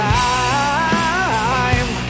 time